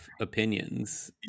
opinions